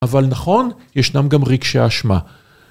‫אבל נכון, ישנם גם רגשי אשמה.